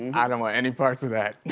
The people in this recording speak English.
i don't want any parts of that.